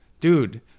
dude